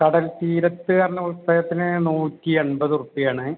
കടൽ തീരത്ത് പറഞ്ഞ പുസ്തകത്തിന് നൂറ്റിയെൺപത് ഉർപ്പ്യ ആണ്